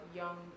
young